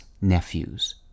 Nephews